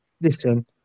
listen